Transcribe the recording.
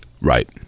Right